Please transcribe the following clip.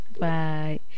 Bye